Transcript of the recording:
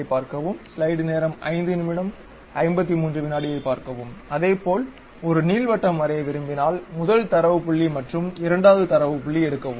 அதேபோல் ஒரு நீள்வட்டம் வரைய விரும்பினால் முதல் தரவு பிள்ளி மற்றும் இரண்டாவது தரவு புள்ளி எடுக்கவும்